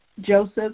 Joseph